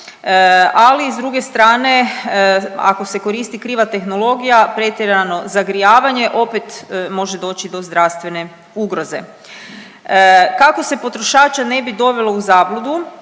i s druge strane ako se koristi kriva tehnologija, pretjerano zagrijavanje opet može doći do zdravstvene ugroze. Kako se potrošača ne bi dovelo u zabludu